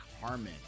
Harmon